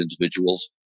individuals